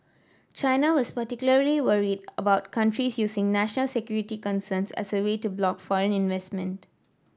china was particularly worried about countries using national security concerns as a way to block foreign investment